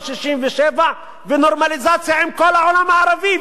67' ונורמליזציה עם כל העולם הערבי?